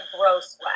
gross